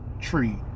tree